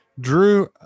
Drew